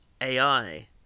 AI